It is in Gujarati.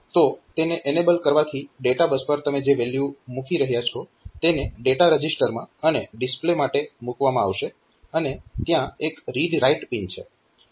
તો તેને એનેબલ કરવાથી ડેટાબસ પર તમે જે વેલ્યુ મૂકી રહ્યા છો તેને ડેટા રજીસ્ટરમાં અને ડિસ્પ્લે માટે મૂકવામાં આવશે અને ત્યાં એક રીડ રાઇટ પિન છે